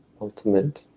ultimate